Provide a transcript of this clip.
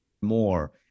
more